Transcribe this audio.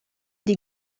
die